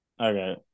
Okay